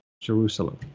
Jerusalem